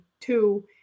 two